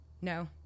No